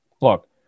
look